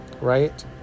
right